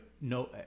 no